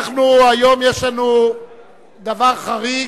היום יש לנו דבר חריג,